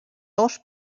ous